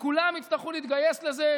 וכולם יצטרכו להתגייס לזה,